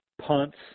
punts